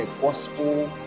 gospel